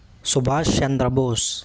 Subhash Chandrabose